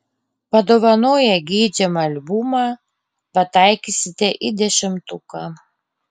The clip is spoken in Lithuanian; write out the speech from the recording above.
padovanoję geidžiamą albumą pataikysite į dešimtuką